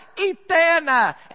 eterna